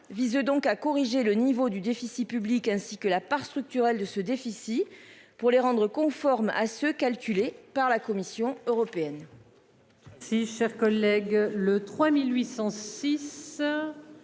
vise donc à corriger le niveau du déficit public ainsi que la part structurelle de ce déficit pour les rendre conformes à ceux calculés par la Commission européenne.